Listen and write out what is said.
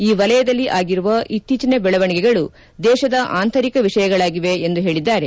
ಈ ವಲಯದಲ್ಲಿ ಆಗಿರುವ ಇತ್ತೀಚಿನ ಬೆಳವಣಿಗೆಗಳು ದೇಶದ ಆಂತರಿಕ ವಿಷಯಗಳಾಗಿವೆ ಎಂದು ಹೇಳಿದ್ದಾರೆ